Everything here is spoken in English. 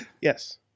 Yes